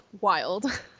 wild